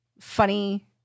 funny